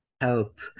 help